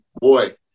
boy